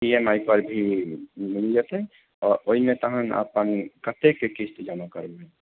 इ M I पर भी मिल जेतै ओहिमे तऽ अहाँ अपन कतेके किश्त जमा करबै